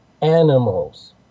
animals